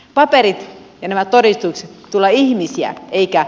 paperit ja nämä todistukset tulevat ihmisiä eikä